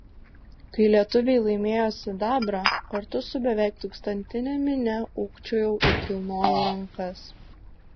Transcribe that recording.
kai lietuviai laimėjo sidabrą kartu su beveik tūkstantine minia ūkčiojau ir kilnojau rankas